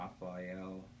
Raphael